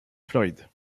floride